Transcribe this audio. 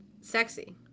Sexy